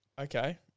Okay